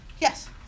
yes